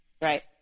Right